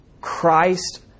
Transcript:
Christ